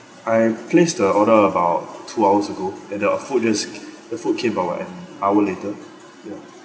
I placed the order about two hours ago and the food just the food came about an hour later ya